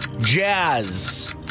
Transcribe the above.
Jazz